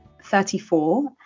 34